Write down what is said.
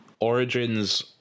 origins